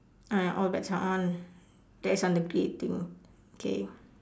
ah all bets are on that's on the grey thing okay